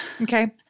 Okay